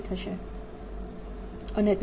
A થશે